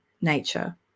Nature